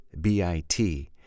B-I-T